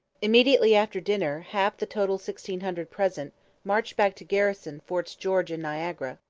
immediately after dinner half the total sixteen hundred present marched back to garrison forts george and niagara,